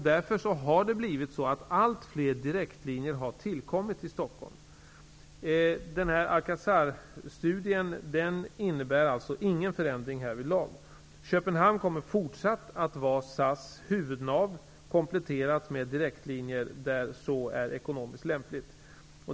Därför har det blivit så att allt fler direktlinjer har tillkommit till Stockholm. Alcazarstudien innebär alltså ingen förändring härvidlag. Köpenhamn kommer att fortsätta att vara SAS huvudnav, kompletterat med direktlinjer där så är ekonomiskt lämpligt.